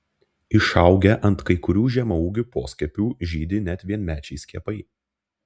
išaugę ant kai kurių žemaūgių poskiepių žydi net vienmečiai skiepai